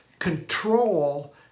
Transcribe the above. Control